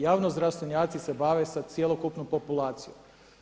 Javno zdravstvenjaci se bave sa cjelokupnom populacijom.